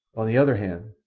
on the other hand,